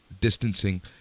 distancing